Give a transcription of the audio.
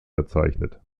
verzeichnet